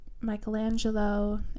Michelangelo